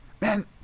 man